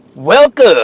Welcome